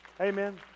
Amen